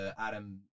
Adam